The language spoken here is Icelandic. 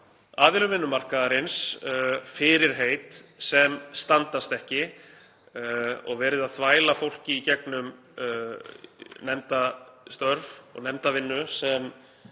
aðilum vinnumarkaðarins fyrirheit sem standast ekki og verið að þvæla fólki í gegnum nefndastörf og nefndavinnu sem